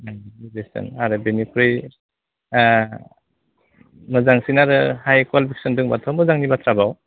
आरो बेनिफ्राय मोजांसिन आरो हाय कुवालिफिकेसन दोंब्लाथ' मोजांनि बाथ्राबाव